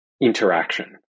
interaction